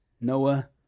Noah